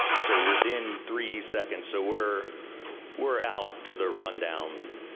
so within three seconds, so we're we're out to the rundown